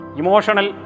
emotional